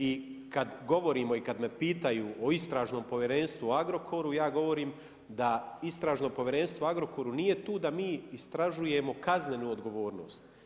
I kad govorimo i kad me pitaju o Istražnom povjerenstvu o Agrokoru ja govorim da Istražno povjerenstvo o Agrokoru nije tu da mi istražujemo kaznenu odgovornost.